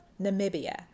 Namibia